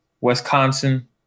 Wisconsin